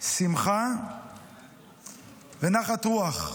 שמחה ונחת רוח.